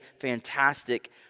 fantastic